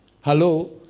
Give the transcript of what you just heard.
Hello